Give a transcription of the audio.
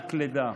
מענק לידה.